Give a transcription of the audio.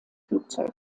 flugzeug